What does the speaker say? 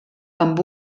amb